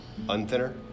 Unthinner